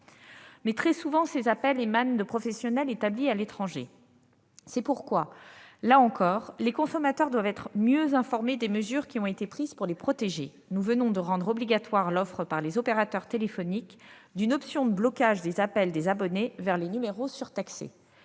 appels émanent très souvent de professionnels établis à l'étranger. C'est pourquoi, là encore, les consommateurs doivent être mieux informés des mesures prises pour les protéger. Nous venons de rendre obligatoire l'offre, par les opérateurs téléphoniques, d'une option de blocage des appels des abonnés vers les numéros surtaxés.